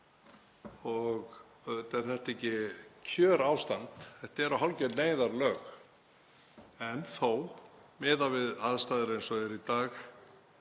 Auðvitað er þetta ekki kjörástand. Þetta eru hálfgerð neyðarlög en þó, miðað við aðstæður eins og eru í dag